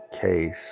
case